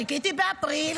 חיכיתי באפריל,